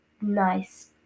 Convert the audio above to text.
nice